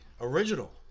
Original